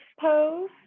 pose